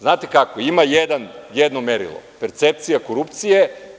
Znate kako, ima jedno merilo - percepcija korupcije.